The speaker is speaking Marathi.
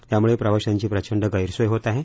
त्यामुळे प्रवाशांची प्रचण्ड गैरसोय होत आहे